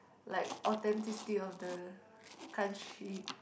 like authenticity of the country